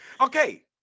Okay